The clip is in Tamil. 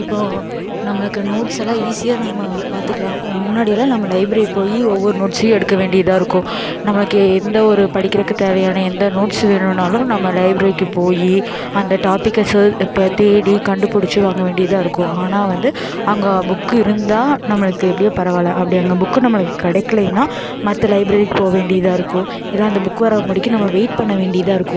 இப்போது நம்மளுக்கு நோட்ஸ் எல்லாம் ஈஸியாக நம்ம பார்த்துக்கலாம் முன்னாடி எல்லாம் நம்ம லைப்ரரி போய் ஒவ்வொரு நோட்ஸையும் எடுக்க வேண்டியதாக இருக்கும் நம்மளுக்கு எந்த ஒரு படிக்கிறக்கு தேவையான எந்த நோட்ஸு வேணும்னாலும் நம்ம லைப்ரரிக்கு போய் அந்த டாபிக்கை சேர் அப்போ தேடி கண்டுபிடிச்சி வாங்க வேண்டியதாக இருக்கும் ஆனால் வந்து அங்கே புக்கு இருந்தால் நம்மளுக்கு எப்படியோ பரவாயில்ல அப்படி அங்கே புக்கு நம்மளுக்கு கிடைக்கிலேன்னா மற்ற லைப்ரரிக்கு போக வேண்டியதாக இருக்கும் இல்லை அந்த புக்கு வர்ற முடிக்கும் நம்ம வெயிட் பண்ண வேண்டியதாக இருக்கும்